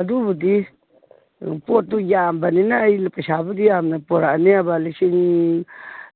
ꯑꯗꯨꯕꯨꯗꯤ ꯄꯣꯠꯇꯨ ꯌꯥꯝꯕꯅꯤꯅ ꯑꯩꯅ ꯄꯩꯁꯥꯕꯨꯗꯤ ꯌꯥꯝꯅ ꯄꯣꯔꯛꯑꯅꯦꯕ ꯂꯤꯁꯤꯡ